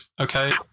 Okay